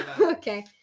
Okay